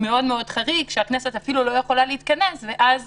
מאוד מאוד חריג שבו הכנסת אפילו לא יכולה להתכנס ואז